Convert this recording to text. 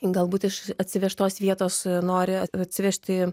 galbūt iš atsivežtos vietos nori atsivežti